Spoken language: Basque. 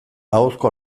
ahozko